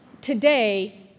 Today